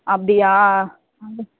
அப்படியா ம்